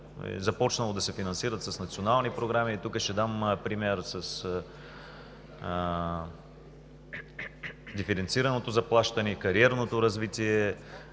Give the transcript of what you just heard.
започнало да се финансират с национални програми. И тук ще дам пример с диференцираното заплащане, с кариерното развитие,